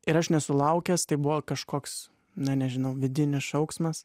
ir aš nesulaukęs tai buvo kažkoks na nežinau vidinis šauksmas